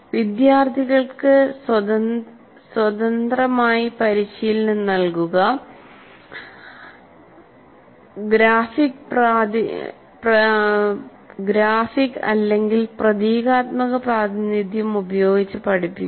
വിദ്യാർത്ഥികൾക്ക് സ്വതന്ത്രമായി പരിശീലനം നൽകുക ഗ്രാഫിക് പ്രതീകാത്മക പ്രാതിനിധ്യം ഉപയോഗിച്ച് പഠിപ്പിക്കുക